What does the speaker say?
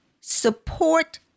support